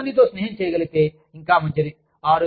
వారు ఎక్కువ మందితో స్నేహం చేయగలిగితే ఇంకా మంచిది